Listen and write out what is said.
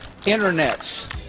internets